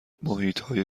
محیطهای